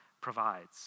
provides